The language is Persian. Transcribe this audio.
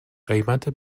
قیمت